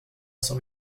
sans